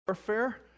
warfare